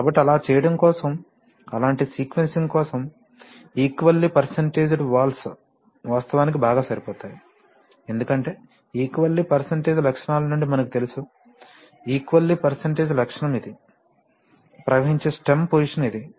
కాబట్టి అలా చేయడం కోసం అలాంటి సీక్వెన్సింగ్ కోసం ఈక్వల్లి పర్సెంటాజ్ వాల్వ్స్ వాస్తవానికి బాగా సరిపోతాయి ఎందుకంటే ఈక్వాల్లి పర్సెంటాజ్ లక్షణాల నుండి మనకు తెలిసు ఈక్వల్లి పర్సెంటాజ్ లక్షణం ఇది ప్రవహించే స్టెమ్ పోసిషన్ ఇది